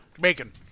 bacon